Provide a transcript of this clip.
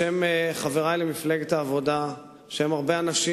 בשם חברי למפלגת העבודה, בשם הרבה אנשים